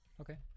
Okay